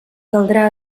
caldrà